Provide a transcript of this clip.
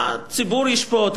הציבור ישפוט,